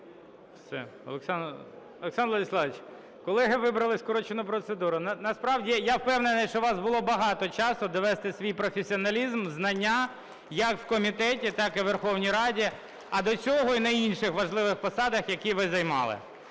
Олександр Владиславович, колеги вибрали скорочену процедуру. Насправді я впевнений, що у вас було багато часу довести свій професіоналізм, знання як в комітеті, так і у Верховній Раді, а до цього і на інших важливих посадах, які ви займали.